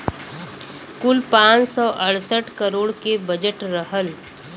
कुल पाँच सौ अड़सठ करोड़ के बजट रहल